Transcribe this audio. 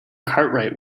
cartwright